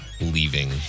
leaving